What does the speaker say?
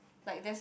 like there's